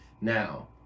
now